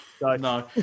no